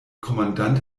kommandant